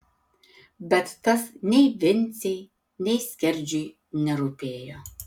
bet tas nei vincei nei skerdžiui nerūpėjo